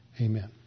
Amen